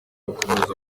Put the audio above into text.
gukomeza